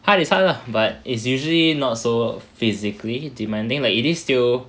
hard is hard lah but it's usually not so physically demanding like it is still